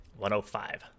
105